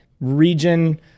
region